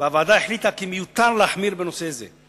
והוועדה החליטה כי מיותר להחמיר בנושא זה,